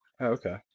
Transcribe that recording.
Okay